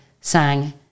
Sang